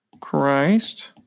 Christ